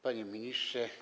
Panie Ministrze!